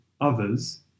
others